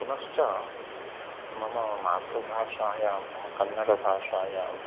पुनश्च मम मातृभाषायां मम कन्नडभाषायां